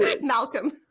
Malcolm